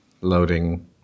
Loading